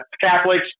Catholics